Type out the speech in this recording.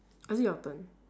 or is it your turn